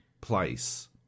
place